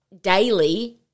daily